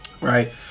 Right